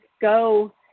go